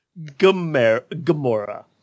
Gamora